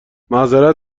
معظرت